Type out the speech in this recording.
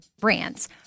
brands